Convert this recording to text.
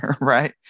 right